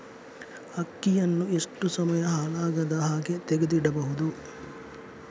ಅಕ್ಕಿಯನ್ನು ಎಷ್ಟು ಸಮಯ ಹಾಳಾಗದಹಾಗೆ ತೆಗೆದು ಇಡಬಹುದು?